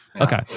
Okay